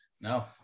No